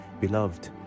Beloved